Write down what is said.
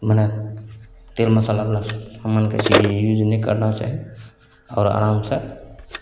मने तेल मसालावला मन करय छै जे यूज नहि करना चाही आओर आरामसँ